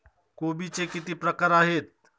कोबीचे किती प्रकार आहेत?